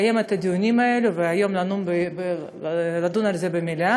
לקיים את הדיונים האלו, והיום לדון על זה במליאה.